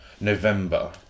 November